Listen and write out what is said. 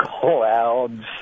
clouds